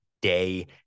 day